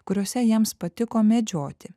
kuriuose jiems patiko medžioti